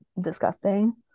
disgusting